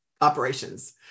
operations